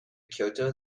kyoto